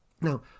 Now